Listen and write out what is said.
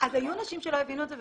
אז היו נשים שלא הבינו את זה,